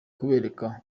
kubereka